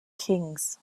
kings